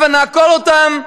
הבה נעקור אותם,